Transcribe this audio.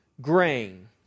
grain